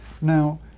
Now